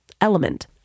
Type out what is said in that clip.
Element